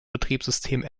betriebssystem